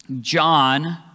John